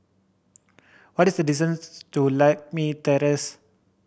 what is the distance to Lakme Terrace